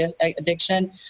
addiction